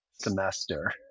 semester